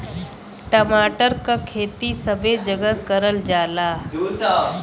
टमाटर क खेती सबे जगह करल जाला